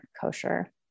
kosher